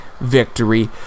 victory